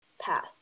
path